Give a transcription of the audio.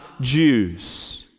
Jews